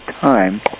time